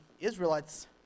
Israelites